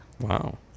Wow